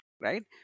right